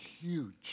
huge